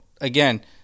again